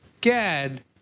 Gad